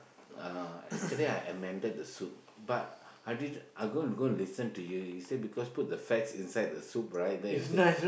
uh yesterday I ammended the soup but I did I go and go and listen to you you say out the fats in the soup right then you say